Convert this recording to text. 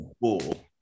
bull